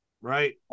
Right